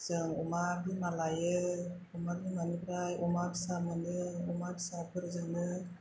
जों अमा बिमा लायो अमा बिमानिफ्राय अमा फिसा मोनो अमा फिसाफोरजोंनो